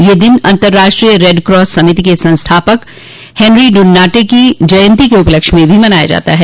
यह दिन अन्तर्राष्ट्रीय रेडक्रास समिति के संस्थापक हेनरी ड्रनान्टे की जयंती के उपलक्ष्य में भी मनाया जाता है